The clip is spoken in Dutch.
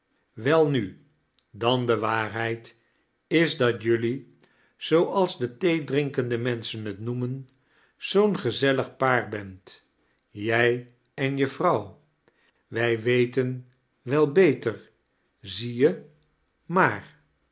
welnu dan de waan heid is dat jullie zooals de theedriakende menschen het noemea zoo'a gezellig paar beat jij ea je vrouw wij wetea wel beter zie je maar